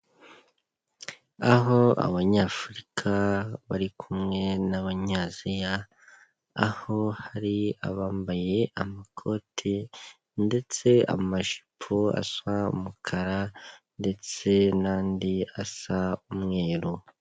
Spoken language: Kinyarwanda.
Aho Abanyafurika bari kumwe n'Abanyaziya, aho hari abambaye amakoti ndetse amajipo asa umukara ndetse n'andi asa umweru.